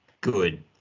good